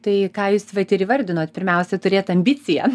tai ką jūs vat ir įvardinot pirmiausia turėt ambiciją